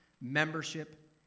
membership